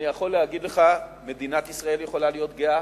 אני יכול להגיד לך, מדינת ישראל יכולה להיות גאה,